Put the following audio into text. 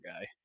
guy